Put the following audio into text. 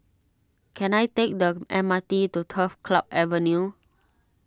can I take the M R T to Turf Club Avenue